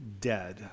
dead